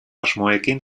asmoekin